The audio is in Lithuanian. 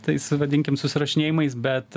tais vadinkim susirašinėjimais bet